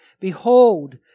Behold